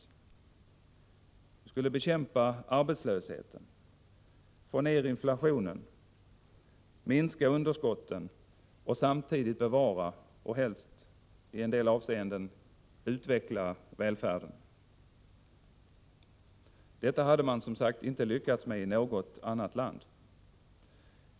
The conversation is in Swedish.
Vi skulle bekämpa arbetslösheten, få ned inflationen, minska underskotten och samtidigt bevara och helst i en del avseenden utveckla välfärden. Detta hade man, som sagt, inte lyckats med i något annat land.